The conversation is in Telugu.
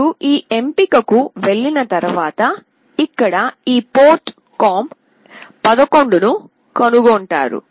మీరు ఈ ఎంపికకు వెళ్ళిన తర్వాత ఇక్కడ ఈ పోర్ట్ com11 ను కనుగొంటారు